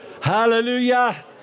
Hallelujah